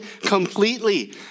completely